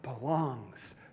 belongs